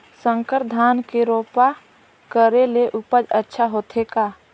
संकर धान के रोपा करे ले उपज अच्छा होथे का?